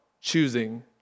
choosing